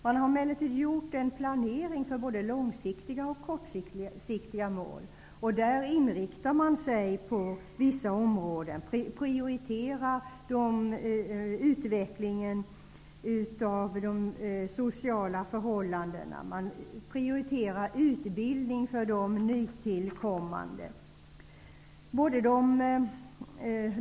Man har emellertid gjort en planering för både långsiktiga och kortsiktiga mål, och där inriktar man sig på vissa områden. Man prioriterar utvecklingen av de sociala förhållandena. Man prioriterar utbildning för de nytillkommande.